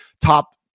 Top